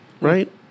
Right